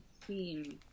theme